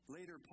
Later